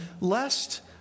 lest